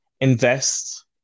invest